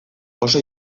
oso